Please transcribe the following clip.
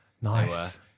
Nice